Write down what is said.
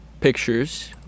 pictures